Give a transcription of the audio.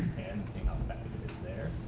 and seeing how effective it is there.